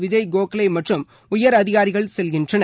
விஜய் கோகலே மற்றும் உயர் அதிகாரிகள் செல்கின்றனர்